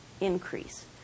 increase